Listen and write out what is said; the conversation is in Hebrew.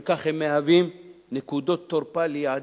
בשל כך הם מהווים נקודות תורפה ליעדים,